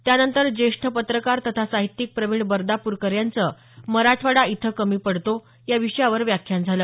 त्यानंतर ज्येष्ठ पत्रकार तथा साहित्यिक प्रवीण बर्दापूरकर यांचं मराठवाडा इथं कमी पडतो या विषयावर व्याख्यान झालं